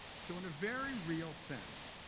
so in a very real sense,